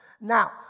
Now